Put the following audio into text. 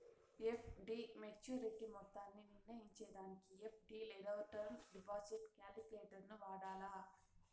FD maturity మొత్తాన్ని నిర్నయించేదానికి FD లేదా టర్మ్ డిపాజిట్ కాలిక్యులేటరును వాడాల